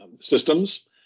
systems